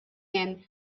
hemm